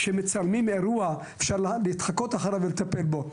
כשמצלמים אירוע, אפשר להתחקות אחריו ולטפל בו.